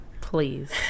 please